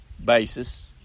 basis